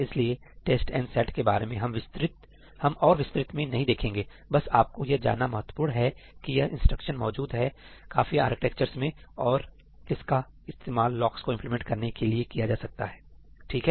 इसलिए test and set के बारे में हम और विस्तृत में नहीं देखेंगे बस आपको यह जानना महत्वपूर्ण है कि यह इंस्ट्रक्शन मौजूद है काफी आर्किटेक्चर्स में और इसका इस्तेमाल लॉक्स को इंप्लीमेंट करने के लिए किया जा सकता है ठीक है